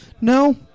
No